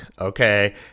okay